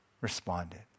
responded